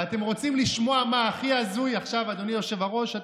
ואתם רוצים לשמוע מה הכי הזוי, אדוני היושב-ראש?